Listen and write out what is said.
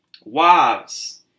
Wives